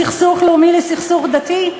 מסכסוך לאומי לסכסוך דתי?